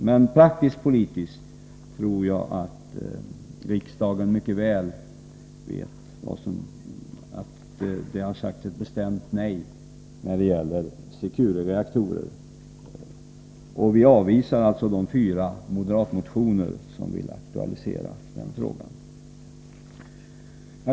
Men praktiskt politiskt tror jag att riksdagen mycket väl vet att det har sagts ett bestämt nej när det gäller Secure-reaktorer. Vi avvisar alltså de fyra moderata motioner som vill aktualisera den frågan.